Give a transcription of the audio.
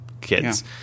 kids